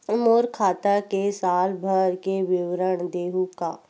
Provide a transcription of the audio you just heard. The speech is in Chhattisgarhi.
मोर खाता के साल भर के विवरण देहू का?